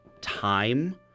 time